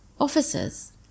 Officers